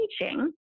teaching